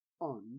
on